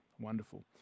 Wonderful